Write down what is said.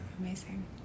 amazing